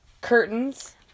curtains